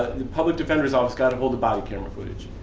the public defender's office got a hold of body camera footage.